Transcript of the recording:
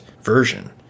version